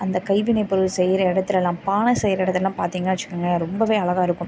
அந்த கைவினை பொருள் செய்கிற இடத்துலலாம் பானை செய்கிற இடத்துலலாம் பார்த்தீங்கன்னா வச்சுக்கோங்களேன் ரொம்பவே அழகா இருக்கும்